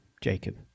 Jacob